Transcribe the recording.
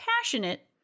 passionate